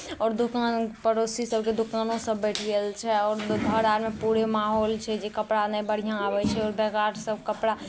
आओर दोकान पड़ोसी सभके दोकानोसभ बैठ गेल छै आओर घर आरमे पूरे माहौल छै जे कपड़ा नहि बढ़िआँ आबै छै आओर बेकार सभ कपड़ा